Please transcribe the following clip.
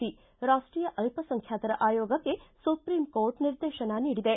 C ರಾಷ್ಟೀಯ ಅಲ್ಪಸಂಖ್ಯಾತರ ಆಯೋಗಕ್ಕೆ ಸುಪ್ರೀಂಕೋರ್ಟ್ ನಿರ್ದೇತನ ನೀಡಿದೆ